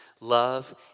love